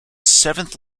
seventh